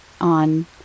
on